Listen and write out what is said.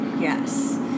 Yes